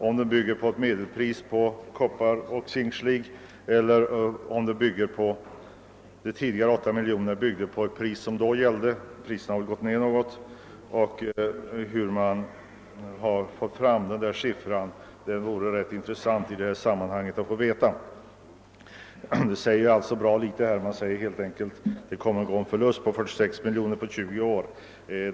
Var de tidigare beräknade 8 miljonerna grundade på ett medelpris på kopparoch zinkslig på ett pris som då gällde? Priserna har väl gått ned något. En upplysning om detta vore av värde i sammanhanget. Nu konstaterar man helt enkelt att gruvdriften kommer att gå med en förlust på 46 miljoner på 20 år.